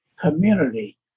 community